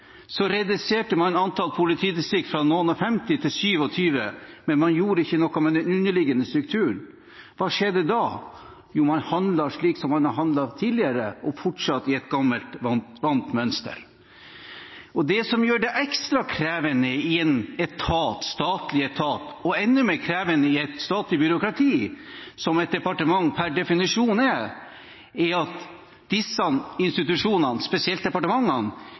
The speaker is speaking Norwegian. reduserte man antall politidistrikter fra noen og 50 til 27, men man gjorde ikke noe med den underliggende strukturen. Hva skjedde da? Jo, man handlet slik som man har handlet tidligere, og fortsatte i et gammelt, vant mønster. Det som gjør det ekstra krevende i en statlig etat, og enda mer krevende i et statlig byråkrati, som et departement per definisjon er, er at disse institusjonene, spesielt departementene,